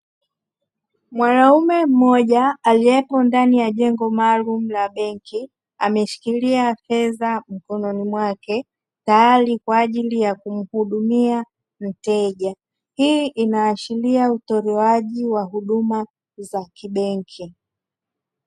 Mwanaume mmoja aliyepo ndani ya jengo maalumu la benki, ameshikilia fedha mkononi mwake tayari kwa ajili ya kumhudumia mteja; hii inaashiria utolewaji wa huduma za kibenki.